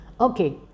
Okay